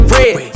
Red